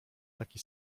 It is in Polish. taki